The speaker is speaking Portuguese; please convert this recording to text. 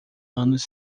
anos